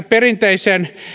perinteisen